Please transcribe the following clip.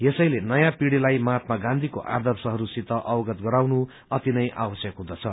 यसैले नयाँ पीढ़िलाई महात्मा गाँधीको आदर्शहरूसित गराउनु अतिनै आवश्यक हुँदछ